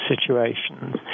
situations